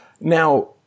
Now